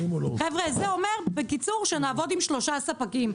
חבר'ה, זה אומר בקיצור שנעבוד עם שלושה ספקים.